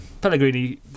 Pellegrini